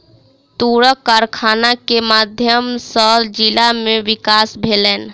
तूरक कारखाना के माध्यम सॅ जिला में विकास भेलै